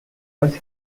was